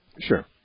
Sure